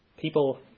People